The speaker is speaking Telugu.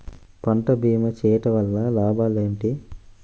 పంట భీమా చేయుటవల్ల లాభాలు ఏమిటి?